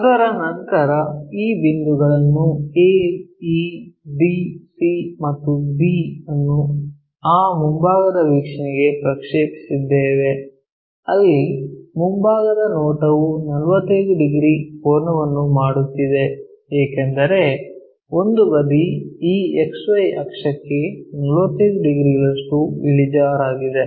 ಅದರ ನಂತರ ಈ ಬಿಂದುಗಳನ್ನು a e d c ಮತ್ತು b ಅನ್ನು ಆ ಮುಂಭಾಗದ ವೀಕ್ಷಣೆಗೆ ಪ್ರಕ್ಷೇಪಿಸಿದ್ದೇವೆ ಅಲ್ಲಿ ಮುಂಭಾಗದ ನೋಟವು 45 ಡಿಗ್ರಿ ಕೋನವನ್ನು ಮಾಡುತ್ತಿದೆ ಏಕೆಂದರೆ ಒಂದು ಬದಿ ಈ XY ಅಕ್ಷಕ್ಕೆ 45 ಡಿಗ್ರಿಗಳಷ್ಟು ಇಳಿಜಾರಾಗಿದೆ